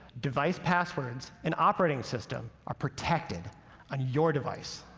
device passwords, and operating system are protected on your device.